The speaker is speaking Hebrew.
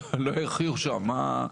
שלא יחיו שם?